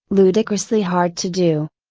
ludicrously hard to do.